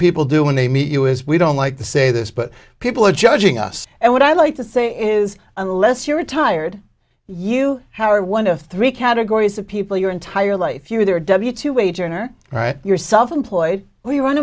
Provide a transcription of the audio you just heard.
people do when they meet you is we don't like to say this but people are judging us and what i like to say is unless you're retired you however one of three categories of people your entire life you're there w two wage earner right you're self employed we w